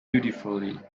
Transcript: beautifully